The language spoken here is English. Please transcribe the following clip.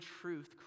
truth